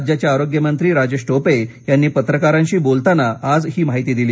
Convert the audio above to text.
राज्याचे आरोग्य मंत्री राजेश टोपे यांनी पत्रकारांशी बोलताना ही माहिती दिली